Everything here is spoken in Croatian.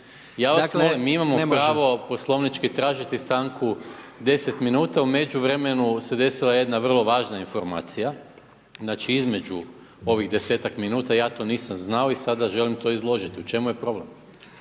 mi imamo pravo poslovnički tražiti stanku 10 minuta. U međuvremenu se desila jedna vrlo važna situacija, znači između ovih 10-ak minuta, ja to nisam znao i sada želim to izložiti, u čemu je problem?